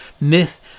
Myth